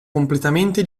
completamente